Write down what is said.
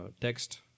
text